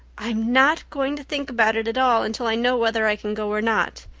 i'm not going to think about it at all until i know whether i can go or not,